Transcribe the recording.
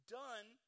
done